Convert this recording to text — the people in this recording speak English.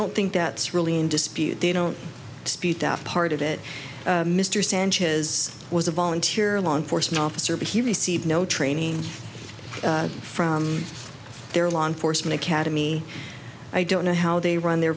don't think that's really in dispute they don't dispute that part of it mr sanchez was a volunteer law enforcement officer but he received no training from their law enforcement academy i don't know how they run their